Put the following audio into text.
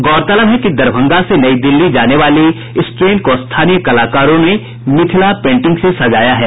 गौरतलब है कि दरभंगा से नई दिल्ली जाने वाली इस ट्रेन को स्थानीय कलाकारों ने मिथिला पेंटिंग से सजाया है